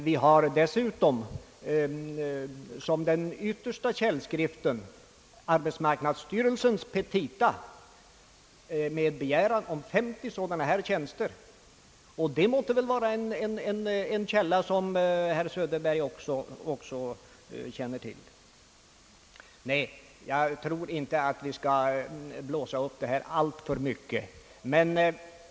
Vi har dessutom som den yttersta källskriften arbetsmarknadsstyrelsens petita med begäran om 50 inspektörstjänster, och det måtte väl vara en källa som också herr Söderberg känner till. Nej, jag tror inte att vi skall blåsa upp den här saken alltför mycket.